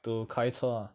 to 开车